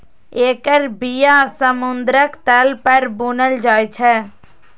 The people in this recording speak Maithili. एकर बिया समुद्रक तल पर बुनल जाइ छै